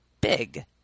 big